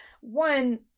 one